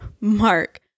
mark